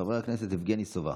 חבר הכנסת יבגני סובה,